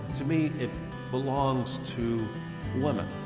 to me, it belongs to women.